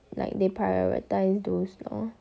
like they prioritize those lor